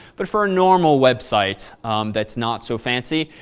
but for normal websites that's not so fancy,